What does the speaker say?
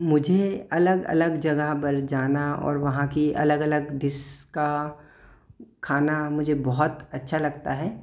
मुझे अलग अलग जगह पर जाना और वहाँ की अलग अलग डिश का खाना मुझे बहुत अच्छा लगता है